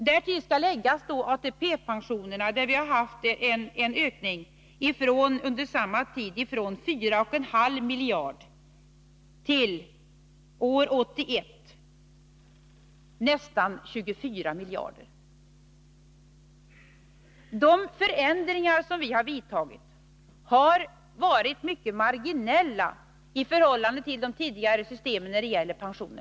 Därtill skall läggas ATP-pensionerna, där vi under samma tid har haft en ökning från 4,5 miljarder till nästan 24 miljarder 1981. De förändringar som vi har vidtagit när det gäller pensionerna har varit mycket marginella i förhållande till tidigare system.